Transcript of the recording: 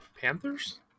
Panthers